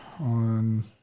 On